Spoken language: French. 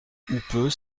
houppeux